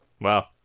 Wow